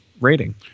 rating